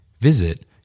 Visit